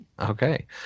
Okay